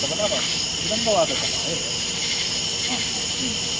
मृदङ्गवादकः आम् आम्